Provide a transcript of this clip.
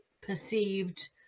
perceived